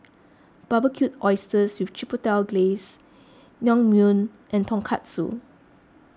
Barbecued Oysters with Chipotle Glaze Naengmyeon and Tonkatsu